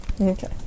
Okay